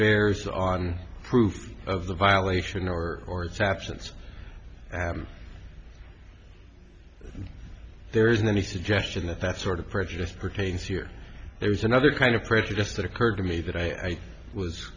bears on proof of the violation or or its absence there isn't any suggestion that that sort of prejudice pertains here there's another kind of prejudice that occurred to me that i was